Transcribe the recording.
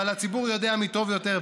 אבל הציבור יודע מי טוב יותר,